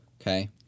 Okay